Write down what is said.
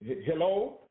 Hello